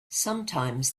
sometimes